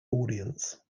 audience